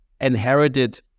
inherited